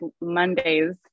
Monday's